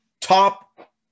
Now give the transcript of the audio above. top